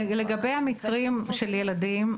לגבי המקרים של ילדים,